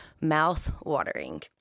mouth-watering